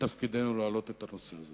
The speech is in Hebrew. מתפקידנו להעלות את הנושא הזה.